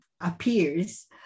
appears